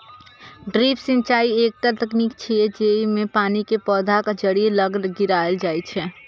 drip सिंचाइ एकटा तकनीक छियै, जेइमे पानि कें पौधाक जड़ि लग गिरायल जाइ छै